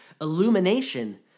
illumination